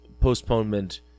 postponement